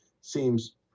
seems